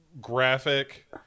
graphic